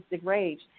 rage